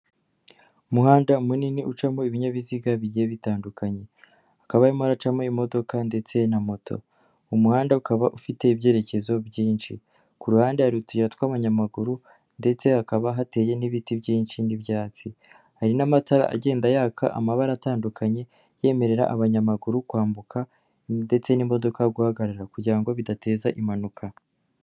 umuhanda munini ucamo ibinyabiziga bigiye bitandukanye hakaba harimo haracamo imodoka ndetse na moto umuhanda ukaba ufite ibyerekezo byinshi ku ruhande utuyira tw'abanyamaguru ndetse hakaba hateye n'ibiti byinshi n'ibyatsi hari n'amatara agenda yaka amabara atandukanye yemerera abanyamaguru kwambuka ndetse n'imodoka guhagarara kugira bidateza impanuka